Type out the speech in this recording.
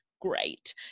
great